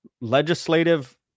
legislative